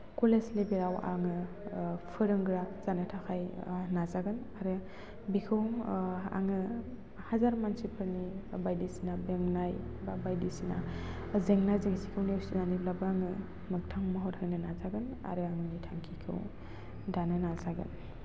college लेभेलाव आङो फोरोंग्रा जानो थाखाय नाजागोन आरो बेखौ आङो हाजार मानसिफोरनि बायदिसिना बेंनाय बा बायदिसिना जेंना जेंसिखौ नेउसिनानैब्लाबो आङो मोगथां महर होनो नाजागोन आरो आंनि थांखिखौ दानो नाजागोन